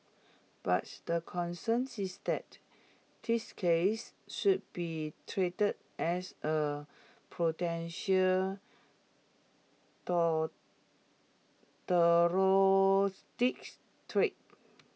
but the concerns is that these cases should be treated as A potential threat